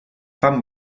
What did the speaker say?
fan